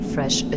Fresh